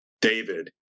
David